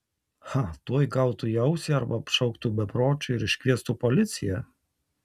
cha tuoj gautų į ausį arba apšauktų bepročiu ir iškviestų policiją